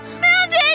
Mandy